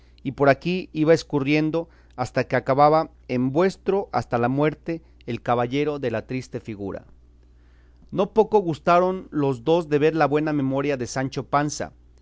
y por aquí iba escurriendo hasta que acababa en vuestro hasta la muerte el caballero de la triste figura no poco gustaron los dos de ver la buena memoria de sancho panza